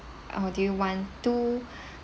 uh do you want two